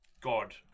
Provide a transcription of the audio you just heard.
God